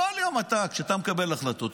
כל יום כשאתה מקבל החלטות,